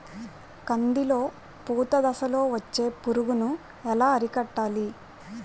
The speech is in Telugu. కందిలో పూత దశలో వచ్చే పురుగును ఎలా అరికట్టాలి?